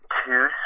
two